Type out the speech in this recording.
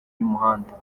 y’umuhanda